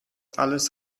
alles